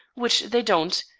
which they don't.